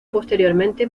posteriormente